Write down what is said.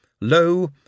lo